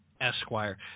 Esquire